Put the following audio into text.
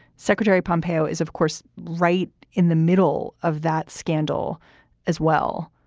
secretary pompeo is, of course, right in the middle of that scandal as well.